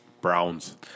Browns